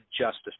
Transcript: Justice